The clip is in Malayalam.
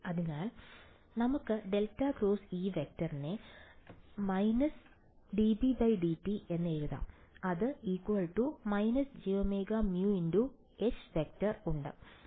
അതിനാൽ നമുക്ക് ∇× E→ − dBdt − jωμH→ ഉണ്ട് അതാണ് മാക്സ്വെല്ലിന്റെ സമവാക്യം Maxwell's equation